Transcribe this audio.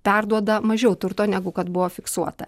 perduoda mažiau turto negu kad buvo fiksuota